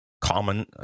common